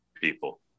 people